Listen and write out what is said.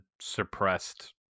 suppressed